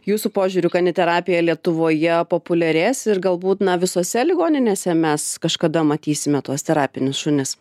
jūsų požiūriu kaniterapija lietuvoje populiarės ir galbūt na visose ligoninėse mes kažkada matysime tuos terapinius šunis